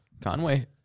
Conway